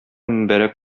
мөбарәк